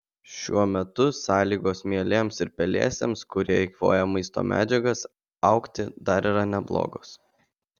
šiuo metu sąlygos mielėms ir pelėsiams kurie eikvoja maisto medžiagas augti dar yra neblogos